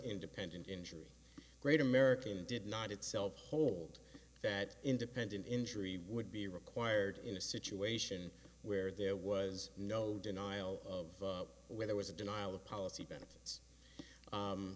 independent injury great american did not itself hold that independent injury would be required in a situation where there was no denial of where there was a denial of policy benefits